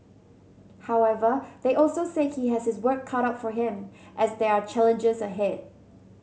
however they also said he has his work cut out for him as there are challenges ahead